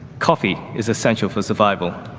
coffee is essential for survival.